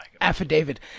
affidavit